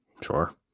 Sure